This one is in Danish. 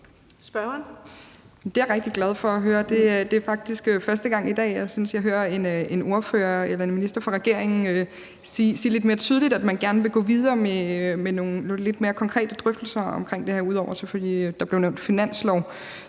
Det er jeg rigtig glad for at høre. Det er faktisk første gang i dag, jeg synes jeg hører en ordfører eller minister fra regeringen sige lidt mere tydeligt, at man gerne vil gå videre med nogle lidt mere konkrete drøftelser om det her ud over selvfølgelig i forbindelse med finansloven,